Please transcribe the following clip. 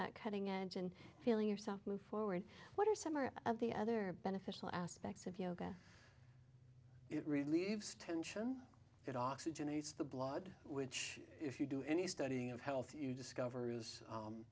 that cutting edge and healing yourself move forward what are some are of the other beneficial aspects of yoga it relieves tension it oxygenates the blood which if you do any studying of health you discover is